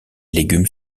légumes